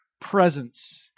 presence